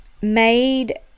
made